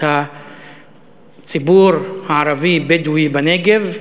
את הציבור הערבי-בדואי בנגב,